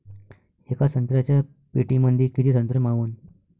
येका संत्र्याच्या पेटीमंदी किती संत्र मावन?